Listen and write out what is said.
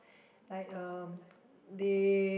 like um they